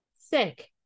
Sick